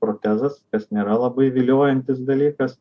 protezas kas nėra labai viliojantis dalykas